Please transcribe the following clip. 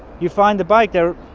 you find the bike there.